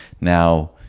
now